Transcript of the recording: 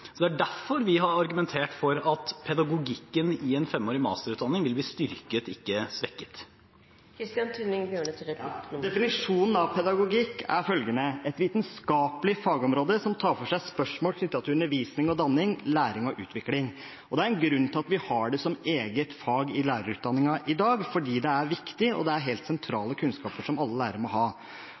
Det er derfor vi har argumentert for at pedagogikken i en femårig masterutdanning vil bli styrket, ikke svekket. Definisjonen av pedagogikk er: «et vitenskapelig fagområde som tar for seg spørsmål knyttet til undervisning og oppdragelse, læring og utvikling». Det er en grunn til at vi har det som eget fag i lærerutdanningen i dag, fordi det er viktig, og det er helt sentrale kunnskaper som alle lærere må ha.